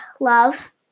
love